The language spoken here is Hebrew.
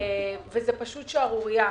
וזו פשוט שערורייה.